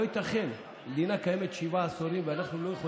לא ייתכן,